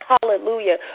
Hallelujah